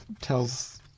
tells